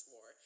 War